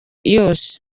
yose